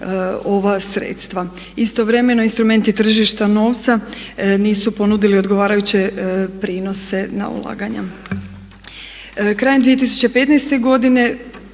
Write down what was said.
ova sredstva. Istovremeno instrumenti tržišta novca nisu ponudili odgovarajuće prinose na ulaganja. Krajem 2015. godine